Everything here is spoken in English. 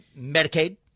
Medicaid